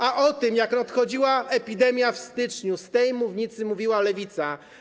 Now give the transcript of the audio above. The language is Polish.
A o tym, jak nadchodziła epidemia, w styczniu z tej mównicy mówiła Lewica.